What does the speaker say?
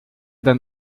denn